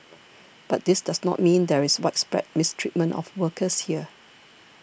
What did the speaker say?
but this does not mean there is widespread mistreatment of workers here